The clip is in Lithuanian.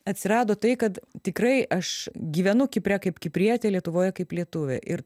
atsirado tai kad tikrai aš gyvenu kipre kaip kiprietė lietuvoje kaip lietuvė ir